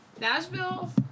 Nashville